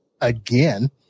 again